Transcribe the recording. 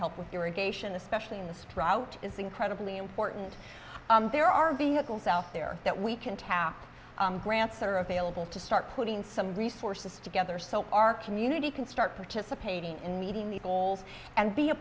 help with irrigation especially in the sprout is incredibly important there are vehicles out there that we can tap grants are available to start putting some resources together so our community can start participating in meeting the balls and be a